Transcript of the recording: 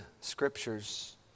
scriptures